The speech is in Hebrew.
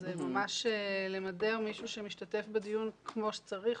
זה ממש למדר מישהו שמשתתף בדיון כמו שצריך,